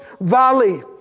valley